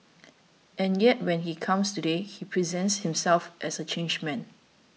and yet when he comes today he presents himself as a changed man